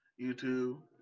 YouTube